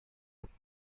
isso